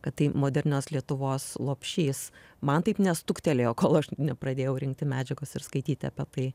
kad tai modernios lietuvos lopšys man taip nestuktelėjo kol aš nepradėjau rinkti medžiagos ir skaityti apie tai